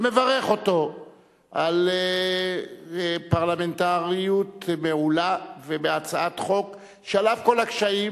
ומברך אותו על פרלמנטריות מעולה ועל הצעת חוק שעל אף כל הקשיים,